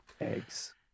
Eggs